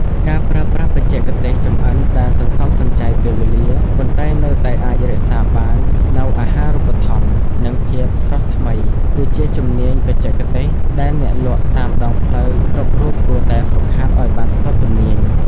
ការប្រើប្រាស់បច្ចេកទេសចម្អិនដែលសន្សំសំចៃពេលវេលា ប៉ុន្តែនៅតែអាចរក្សាបាននូវអាហារូបត្ថម្ភ និងភាពស្រស់ថ្មី គឺជាជំនាញបច្ចេកទេសដែលអ្នកលក់តាមដងផ្លូវគ្រប់រូបគួរតែហ្វឹកហាត់ឱ្យបានស្ទាត់ជំនាញ។